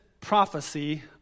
prophecy